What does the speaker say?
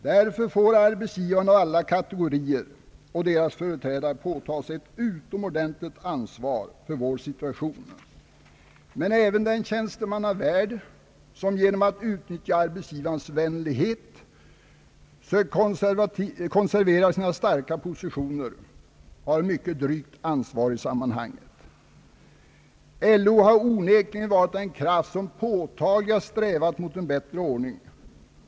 Därför får arbetsgivare av alla kategorier och deras företrädare påta sig ett utomordentligt ansvar för vår situation. Men även den tjänstemannavärld som genom att utnyttja arbetsgivarens vänlighet sökt konservera sina starka positioner har ett mycket drygt ansvar i sammanhanget. LO har onekligen varit en kraft som påtagligt har strävat mot en bättre ordning.